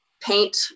paint